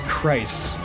Christ